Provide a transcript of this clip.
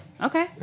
Okay